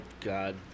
God